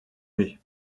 mai